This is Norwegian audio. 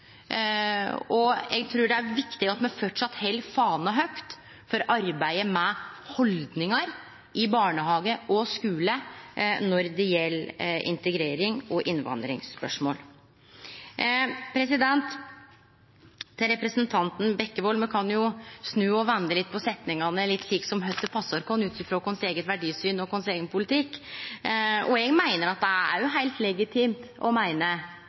Eg trur det er viktig at me framleis held fana høgt for arbeidet med haldningar i barnehage og skule når det gjeld integrerings- og innvandringsspørsmål. Til representanten Bekkevold: Me kan jo snu og vende litt på setningane slik som det passar oss – ut frå vårt eige verdisyn og vår eigen politikk. Eg meiner at det er heilt legitimt å meine